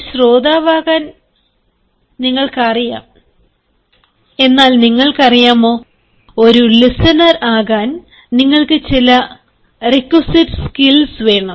ഒരു ശ്രോതാവാകാൻ നിങ്ങൾക്കറിയാം നിങ്ങൾക്ക് അറിയാമോ ഒരു listener ആകാൻ നിങ്ങൾക്ക് ചില റിക്യുസൈറ്റ് സ്കിൽസ് വേണം